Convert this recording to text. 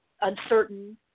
uncertain